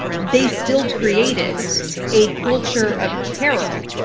they still created a culture of terror.